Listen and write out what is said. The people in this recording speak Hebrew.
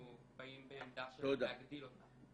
אנחנו באים בעמדה של להגדיל אותה.